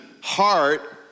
heart